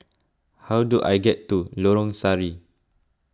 how do I get to Lorong Sari